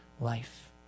life